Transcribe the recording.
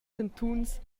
cantuns